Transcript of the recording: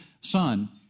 Son